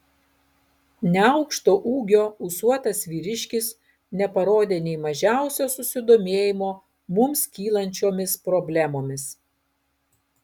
neaukšto ūgio ūsuotas vyriškis neparodė nė mažiausio susidomėjimo mums kylančiomis problemomis